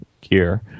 gear